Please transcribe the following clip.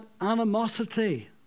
animosity